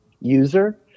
user